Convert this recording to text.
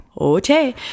Okay